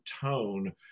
tone